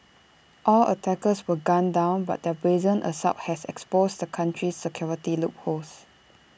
all attackers were gunned down but their brazen assault has exposed the country's security loopholes